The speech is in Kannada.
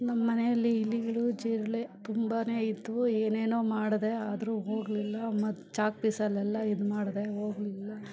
ನಮ್ಮಮನೆಯಲ್ಲಿ ಇಲಿಗಳು ಜಿರಳೆ ತುಂಬಾ ಇತ್ತು ಏನೇನೋ ಮಾಡಿದೆ ಆದರೂ ಹೋಗಲಿಲ್ಲ ಮತ್ತು ಚಾಕ್ಪೀಸಲೆಲ್ಲ ಇದು ಮಾಡಿದೆ ಹೋಗ್ಲಿಲ್ಲ